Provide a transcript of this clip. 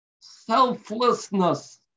Selflessness